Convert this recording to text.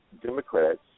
Democrats